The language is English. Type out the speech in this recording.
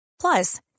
Plus